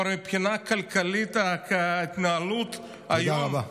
כלומר, מבחינה כלכלית ההתנהלות היום, תודה רבה.